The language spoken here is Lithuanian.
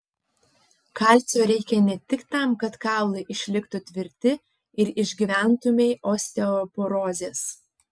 kalcio reikia ne tik tam kad kaulai išliktų tvirti ir išvengtumei osteoporozės